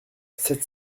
cette